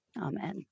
Amen